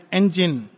engine